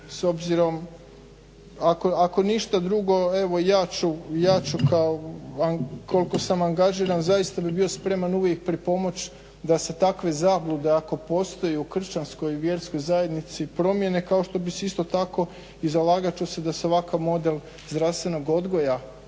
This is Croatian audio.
s obzirom ako ništa drugo evo ja ću kao koliko sam angažiran, zaista bih bio spreman uvijek pripomoć da se takve zablude ako postoje u kršćanskoj i vjerskoj zajednici promijene kao što bi se isto tako i zalagat ću se da se ovakav model zdravstvenog odgoja